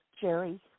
Jerry